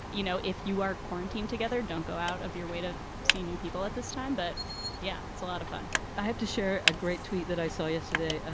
you know, if you are quarantined together, don't go out of your way to see new people at this time. but yeah, it's a lot of fun i have to share a great tweet that i saw yesterday.